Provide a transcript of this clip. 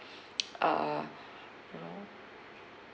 err you know